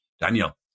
Daniel